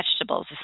vegetables